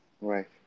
Right